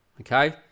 Okay